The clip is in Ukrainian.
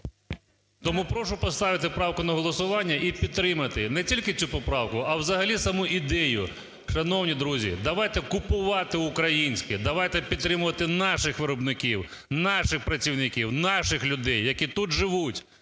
Тому прошу поставити правку на голосування і підтримати не тільки цю поправку, а взагалі саму ідею. Шановні друзі, давайте купувати українське, давайте підтримувати наших виробників, наших працівників, наших людей, які тут живуть,